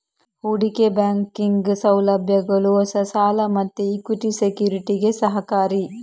ಹೂಡಿಕೆ ಬ್ಯಾಂಕಿಂಗ್ ಸೌಲಭ್ಯಗಳು ಹೊಸ ಸಾಲ ಮತ್ತೆ ಇಕ್ವಿಟಿ ಸೆಕ್ಯುರಿಟಿಗೆ ಸಹಕಾರಿ